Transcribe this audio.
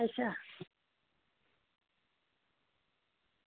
अच्छा